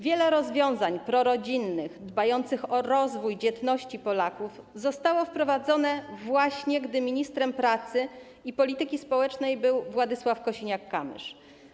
Wiele rozwiązań prorodzinnych, dbających o rozwój dzietności Polaków, zostało wprowadzonych właśnie, gdy ministrem pracy i polityki społecznej był Władysław Kosiniak-Kamysz.